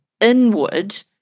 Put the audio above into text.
inward